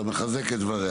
אתה מחזק את דבריה.